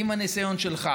עם הניסיון שלך